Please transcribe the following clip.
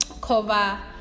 cover